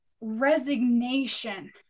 resignation